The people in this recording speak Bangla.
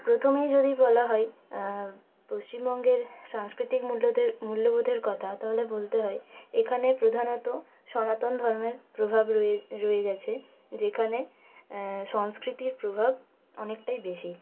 প্রথমেই যদি বলা হয় পশ্চিমবঙ্গের সাংস্কৃতিক মূল্যদের মূল্যবোধের কথা তাহলে বলতে হয় এখানে প্রধানত সনাতন ধর্মের প্রভাব রয়ে রয়ে গেছে যেখানে সংস্কৃতির প্রভাব অনেকটাই বেশি